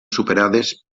superades